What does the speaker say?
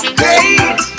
great